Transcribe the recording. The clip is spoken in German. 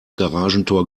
garagentor